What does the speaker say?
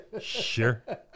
Sure